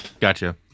Gotcha